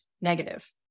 negative